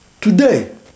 Today